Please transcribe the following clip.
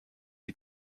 die